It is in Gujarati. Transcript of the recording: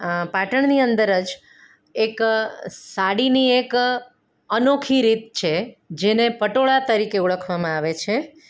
આ પાટણની અંદર જ એક સાડીની એક અનોખી રીત છે જેને પટોળા તરીકે ઓળખવામાં આવે છે